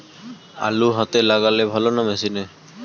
আলু হাতে লাগালে ভালো না মেশিনে?